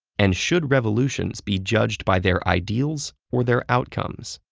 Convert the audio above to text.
and should revolutions be judged by their ideals or their outcomes?